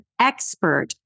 expert